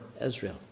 Israel